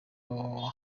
www